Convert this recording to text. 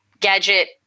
gadget